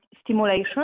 stimulation